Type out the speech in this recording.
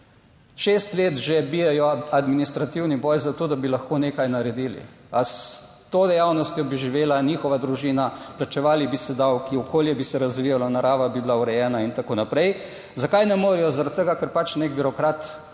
Šest let že bijejo administrativni boj za to, da bi lahko nekaj naredili, a s to dejavnostjo bi živela njihova družina, plačevali bi se davki, okolje bi se razvijala, narava bi bila urejena in tako naprej. Zakaj ne morejo? Zaradi tega, ker pač nek birokrat